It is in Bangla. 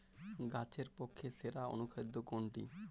গাছের পক্ষে সেরা অনুখাদ্য কোনটি?